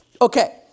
okay